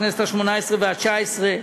בכנסת השמונה-עשרה והתשע-עשרה.